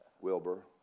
Wilbur